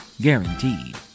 Guaranteed